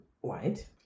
white